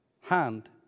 hand